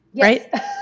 right